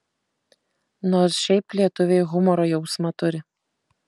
nors šiaip lietuviai humoro jausmą turi